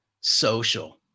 social